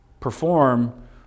perform